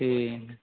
جٹی